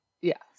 Yes